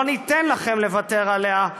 לא ניתן לכם לוותר עליה,